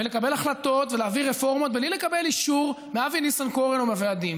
לקבל החלטות ולהעביר רפורמות בלי לקבל אישור מאבי ניסנקורן או מהוועדים.